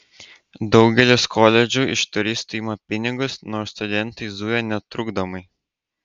daugelis koledžų iš turistų ima pinigus nors studentai zuja netrukdomai